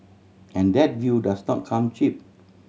and that view does not come cheap